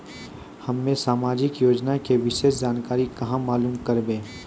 हम्मे समाजिक योजना के विशेष जानकारी कहाँ मालूम करबै?